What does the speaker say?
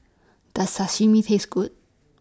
Does Sashimi Taste Good